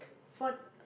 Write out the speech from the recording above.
for